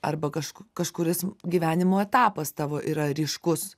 arba kažku kažkuris gyvenimo etapas tavo yra ryškus